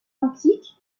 antiques